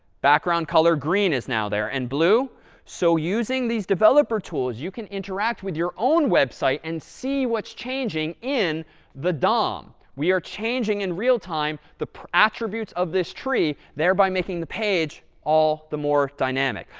background-color green is now there, and blue so using these developer tools, you can interact with your own website and see what's changing in the dom. we are changing in real time the attributes of this tree, thereby making the page all the more dynamic.